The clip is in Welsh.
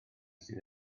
sydd